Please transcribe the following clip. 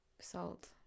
Salt